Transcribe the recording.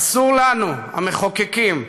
אסור לנו, המחוקקים,